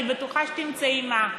אני בטוחה שתמצאי על מה.